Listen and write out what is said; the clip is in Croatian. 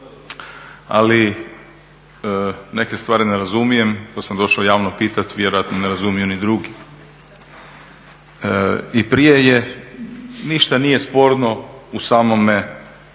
ali neke stvari ne razumijem pa sam došao javno pitati, vjerojatno ne razumiju ni drugi. I prije je, ništa nije sporno u samome